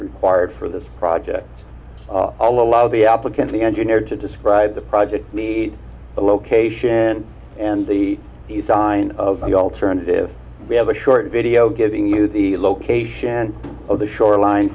required for this project allow the applicant the engineer to describe the project meet the location and the sign of the alternative we have a short video giving you the location of the shoreline